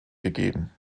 gegeben